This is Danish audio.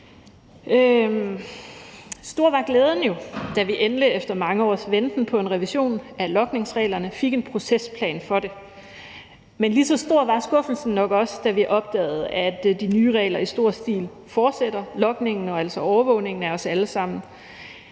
Stor var glæden jo, da vi endelig efter mange års venten på en revision af logningsreglerne fik en procesplan for det. Men lige så stor var skuffelsen nok også, da vi opdagede, at de nye regler i stor stil fortsætter: logningen og altså overvågningen af os alle sammen.